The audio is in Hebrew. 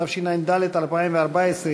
התשע"ד 2014,